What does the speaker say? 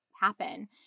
happen